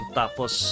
tapos